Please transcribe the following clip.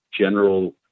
general